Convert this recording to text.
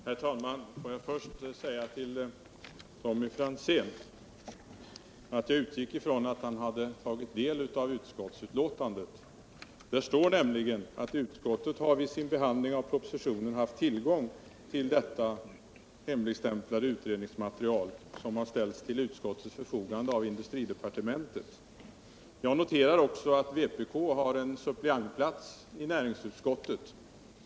Herr talman! Får jag först säga till Tommy Franzén att jag utgick från att han hade tagit del av utskottsbetänkandet. Där står det nämligen att utskottet vid sin behandling av propositionen har haft tillgång till det hemligstämplade utredningsmaterialet, som ställts till förfogande från industridepartementet. Jag noterar också att vpk har en suppleantplats i näringsutskottet.